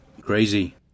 crazy